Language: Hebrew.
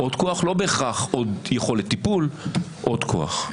לא בהכרח עוד יכולת טיפול, עוד כוח.